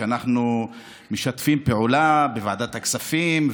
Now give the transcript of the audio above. שאנחנו משתפים פעולה בוועדת הכספים,